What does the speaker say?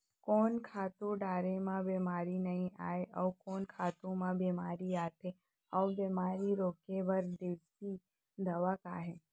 कोन खातू डारे म बेमारी नई आये, अऊ कोन खातू म बेमारी आथे अऊ बेमारी रोके बर देसी दवा का हे?